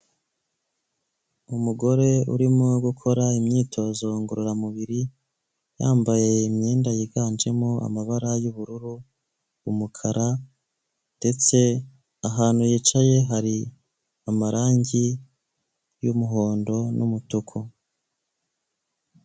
Umugore urimo gukora imyitozo ngororamubiri yambaye imyenda yiganjemo amabara y'ubururu umukara ndetse ahantu yicaye hari amarangi y'umuhondo n'umutuku.